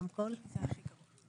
נעים מאוד, אני דור.